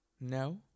No